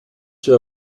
zur